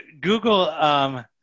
Google